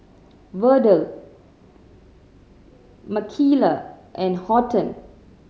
Verdell Michaela and Horton